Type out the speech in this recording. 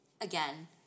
again